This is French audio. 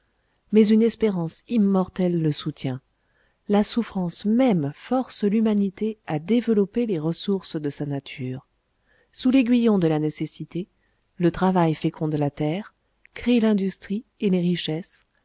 mais une espérance immortelle le soutient la souffrance même force l'humanité à développer les ressources de sa nature sous l'aiguillon de la nécessité le travail féconde la terre crée l'industrie et les richesses